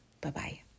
Bye-bye